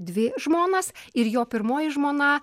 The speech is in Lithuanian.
dvi žmonas ir jo pirmoji žmona